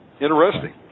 Interesting